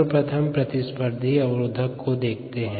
सर्वप्रथम प्रतिस्पर्धी अवरोधक को देखते हैं